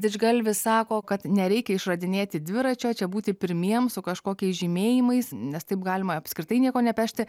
didžgalvis sako kad nereikia išradinėti dviračio čia būti pirmiems su kažkokiais žymėjimais nes taip galima apskritai nieko nepešti